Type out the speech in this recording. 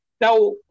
Now